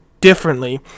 differently